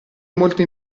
molto